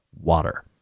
water